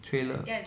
trailer